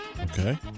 Okay